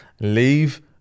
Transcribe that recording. leave